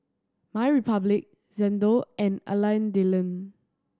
My Republic Xndo and Alain Delon